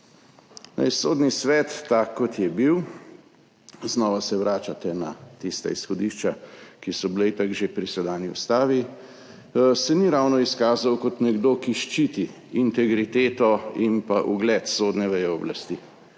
Sodni svet, tak kot je bil – znova se vračate na tista izhodišča, ki so bila itak že pri sedanji ustavi – se ni ravno izkazal kot nekdo, ki ščiti integriteto in ugled sodne veje oblasti.